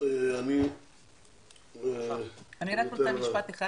רק משפט אחד.